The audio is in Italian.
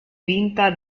vinta